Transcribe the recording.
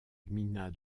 gmina